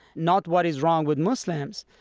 not what is wrong with muslims,